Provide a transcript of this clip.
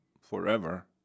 forever